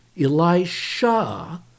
Elisha